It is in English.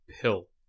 pill